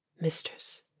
mistress